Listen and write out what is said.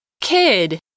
kid